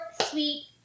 sweet